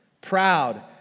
proud